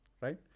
right